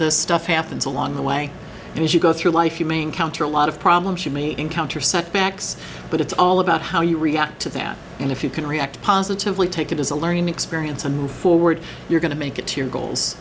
this stuff happens along the way and as you go through life you may encounter a lot of problems you may encounter set backs but it's all about how you react to them and if you can react positively take it as a learning experience and move forward you're going to make it to your goals